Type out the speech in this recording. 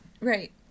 Right